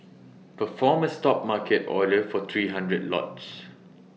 perform A stop market order for three hundred lots